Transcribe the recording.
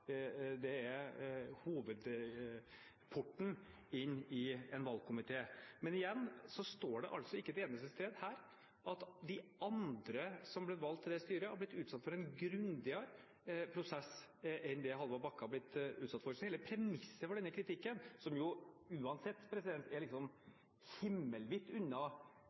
det er hovedporten inn i en valgkomité. Men igjen: Det står altså ikke et eneste sted her at de andre som ble valgt til det styret, har blitt utsatt for en grundigere prosess enn det Hallvard Bakke har blitt utsatt for. Så hele premisset for denne kritikken – som uansett er himmelvidt unna